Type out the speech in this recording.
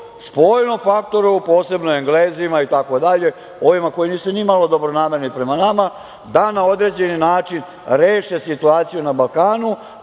spoljnom faktoru, posebno Englezima, ovima koji nisu ni malo dobronamerni prema nama, da na određeni način reše situaciju na Balkanu,